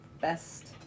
best